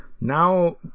now